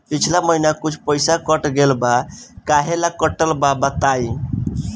पिछला महीना कुछ पइसा कट गेल बा कहेला कटल बा बताईं?